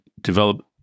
develop